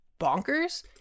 bonkers